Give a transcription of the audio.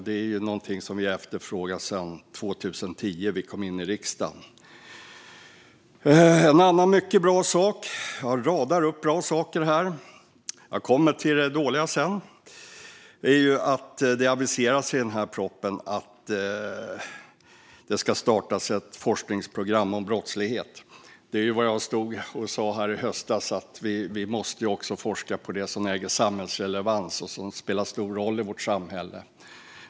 Det har vi efterfrågat sedan vi kom in i riksdagen 2010. Jag radar upp bra saker här, men jag kommer till det dåliga senare. En annan bra sak är att det aviseras i propositionen att det ska startas ett forskningsprogram om brottslighet. Jag stod här i höstas och sa att vi måste forska på det som äger samhällsrelevans och som spelar en stor roll i vårt samhälle.